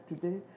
today